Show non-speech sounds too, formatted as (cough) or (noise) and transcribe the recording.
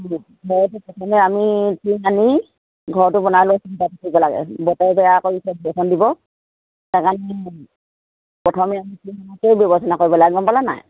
(unintelligible)